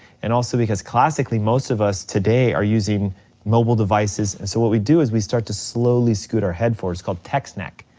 and also because classically most of us today are using mobile devices, and so what we do is we start to slowly scoot our head forward, it's called text neck.